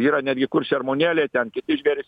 yra netgi kur šermuonėliai ten kiti žvėrys